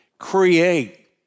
create